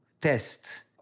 test